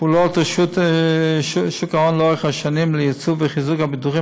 פעולות רשות שוק ההון לאורך השנים לייצוב ולחיזוק הביטוחים